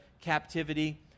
captivity